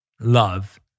love